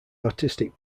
artistic